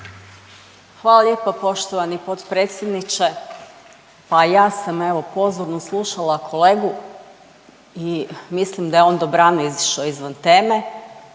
Hvala lijepo poštovani potpredsjedniče. Pa ja sam evo pozorno slušala kolegu i mislim da je on dobrano izišao izvan teme.